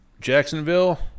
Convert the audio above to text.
Jacksonville